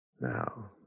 Now